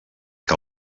que